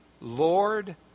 Lord